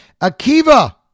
Akiva